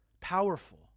Powerful